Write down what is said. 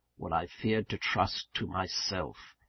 what i feared to trust to myself.